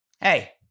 hey